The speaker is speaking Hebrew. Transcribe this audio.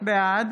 בעד